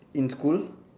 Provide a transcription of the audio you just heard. in school